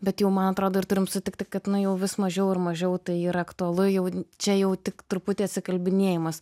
bet jau man atrodo ir turim sutikti kad nu jau vis mažiau ir mažiau tai yra aktualu jau čia jau tik truputį atsikalbinėjimas